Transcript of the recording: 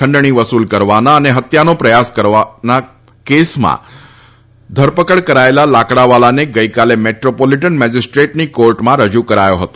ખંડણી વસુલ કરવાના અને હત્યાનો પ્રથાસ કરવાના કેસમાં ધરપકડ કરાયેલા લાકડાવાલાને ગઇકાલે મેટ્રોપોલીટન મેજીસ્ટ્રેટની કોર્ટમાં રજુ કરાથો હતો